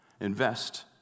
Invest